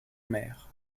mer